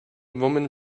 woman